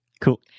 Cool